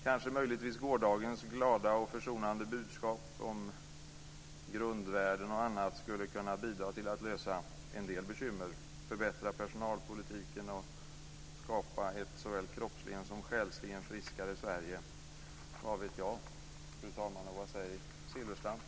Kanske möjligtvis gårdagens glada och försonande budskap om grundvärden och annat skulle kunna bidra till att lösa en del bekymmer, förbättra personalpolitiken och skapa ett såväl kroppsligen som själsligen friskare Sverige. Vad vet jag, fru talman, och vad säger Bengt